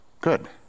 Good